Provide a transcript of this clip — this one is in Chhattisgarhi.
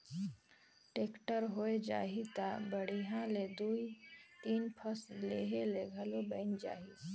टेक्टर होए जाही त बड़िहा ले दुइ तीन फसल लेहे ले घलो बइन जाही